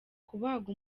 kubagwa